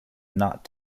not